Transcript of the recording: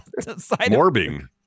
Morbing